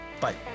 Bye